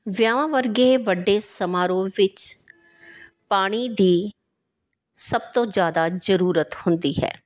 ਵਿਆਹਵਾਂ ਵਰਗੇ ਵੱਡੇ ਸਮਾਰੋਹ ਵਿੱਚ ਪਾਣੀ ਦੀ ਸਭ ਤੋਂ ਜ਼ਿਆਦਾ ਜ਼ਰੂਰਤ ਹੁੰਦੀ ਹੈ